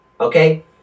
Okay